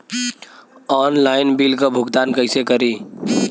Online bill क भुगतान कईसे करी?